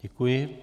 Děkuji.